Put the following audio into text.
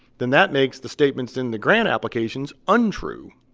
then that makes the statements in the grant applications untrue